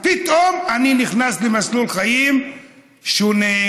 פתאום אני נכנס למסלול חיים שונה,